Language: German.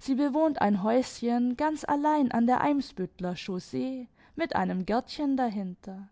sie bewohnt ein häuschen ganz allein an der eimsbüttler chaussee mit einem gärtchen dahinter